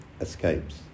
escapes